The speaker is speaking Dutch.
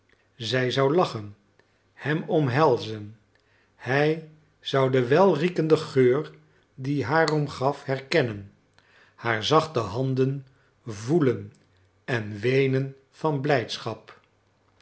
zij zou lachen hem omhelzen hij zou den welriekenden geur die haar omgaf herkennen haar zachte handen voelen en weenen van blijdschap